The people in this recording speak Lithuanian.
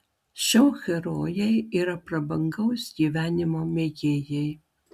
šou herojai yra prabangaus gyvenimo mėgėjai